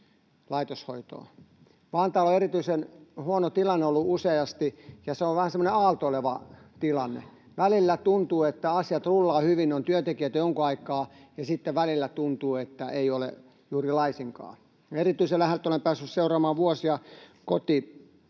useasti erityisen huono tilanne, ja se on vähän semmoinen aaltoileva tilanne. Välillä tuntuu, että asiat rullaavat hyvin, on työntekijöitä jonkun aikaa, ja sitten välillä tuntuu, että ei ole juuri laisinkaan. Erityisen läheltä olen päässyt vuosia seuraamaan